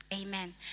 Amen